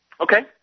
Okay